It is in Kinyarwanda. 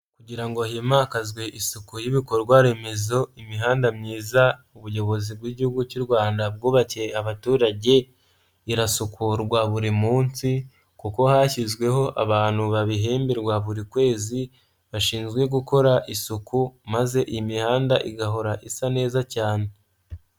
Kugira ngo himakazwe isuku y'ibikorwa remezo, imihanda myiza ubuyobozi bw'Igihugu cy'u Rwanda bwubakiye abaturage, irasukurwa buri munsi kuko hashyizweho abantu babihemberwa buri kwezi bashinzwe gukora isuku, maze iyi mihanda igahora isa neza cyane.